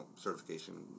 certification